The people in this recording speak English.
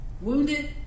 Wounded